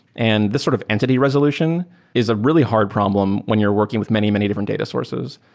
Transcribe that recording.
and this sort of entity resolution is a really hard problem when you're working with many, many different data sources,